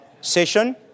session